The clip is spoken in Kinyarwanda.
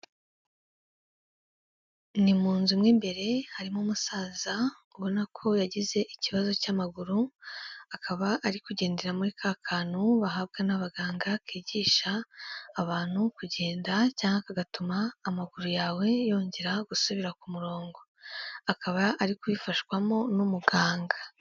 Ni mu nzu mo imbere harimo umusaza ubona ko yagize ikibazo cy'amaguru, akaba ari kugendera muri ka kantu bahabwa n'abaganga kigisha abantu kugenda cyangwa kagatuma amaguru yawe yongera gusubira ku murongo, akaba ari kubifashwamo n'umuganga.